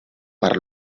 per